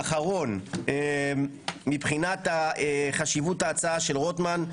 דבר אחרון, מבחינת חשיבות ההצעה של רוטמן,